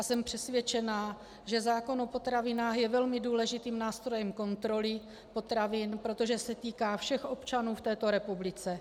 Jsem přesvědčená, že zákon o potravinách je velmi důležitým nástrojem kontroly potravin, protože se týká všech občanů v této republice.